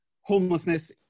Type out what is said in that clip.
homelessness